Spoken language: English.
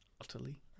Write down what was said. utterly